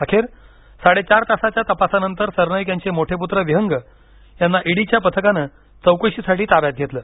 अखेर साडेचार तासाच्या तपासानंतर सरनाईक यांचे मोठे पुत्र विहंग यांना ईडीच्या पथकानं चौकशीसाठी ताब्यात घेतलं